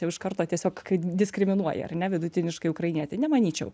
jau iš karto tiesiog diskriminuoja ar ne vidutiniškai ukrainietį nemanyčiau